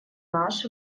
наш